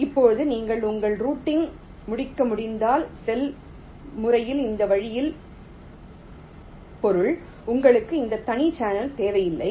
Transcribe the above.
இப்போது நீங்கள் உங்கள் ரூட்டிங் முடிக்க முடிந்தால் செல் முறையில் இந்த வழியில் பொருள் உங்களுக்கு இந்த தனி சேனல் தேவையில்லை